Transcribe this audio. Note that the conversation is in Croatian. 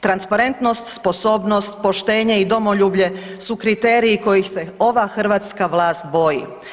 Transparentnost, sposobnost, poštenje i domoljublje su kriteriji kojih se ova hrvatska vlast boji.